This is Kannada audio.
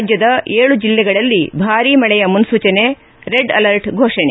ರಾಜ್ಲದ ಏಳು ಜಿಲ್ಲೆಗಳಲ್ಲಿ ಭಾರಿ ಮಳೆಯ ಮುನ್ನೂಚನೆ ರೆಡ್ ಅಲರ್ಟ್ ಘೋಷಣೆ